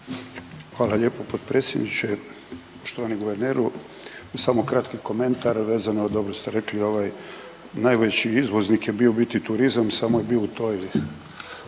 Hvala lijepo potpredsjedniče. Poštovani guverneru samo kratki komentar vezano dobro ste rekli ovaj najveći izvoznik je bio u biti turizam samo je bio u toj